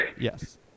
Yes